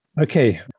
Okay